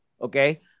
Okay